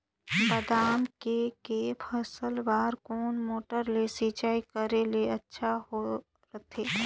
बादाम के के फसल बार कोन मोटर ले सिंचाई करे ले अच्छा रथे?